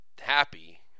happy